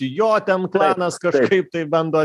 jo ten planas kažkaip taip tai bando